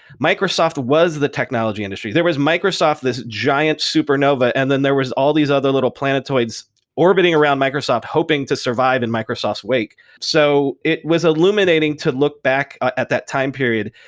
microsoft was the technology industry. there was microsoft, this giant supernova and then there was all these other little planetoids orbiting around microsoft hoping to survive in microsoft's wake. so it was illuminating to look back at that time period.